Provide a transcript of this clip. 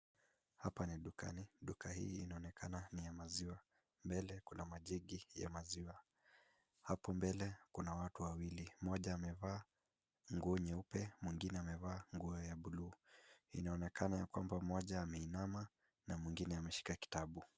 Hapa ni dukani, duka hii inaonekana ni ya maziwa, mbele kuna majegics] ya maziwa hapo mbele kuna watu wawili mmoja amevaa nguo nyeupe mmoja amevaa nguo ya buluu inaonekana kwamba mmoja ameinama na mmoja ameshika kitabu.